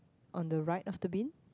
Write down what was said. on the right of the bin